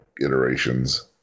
iterations